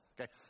Okay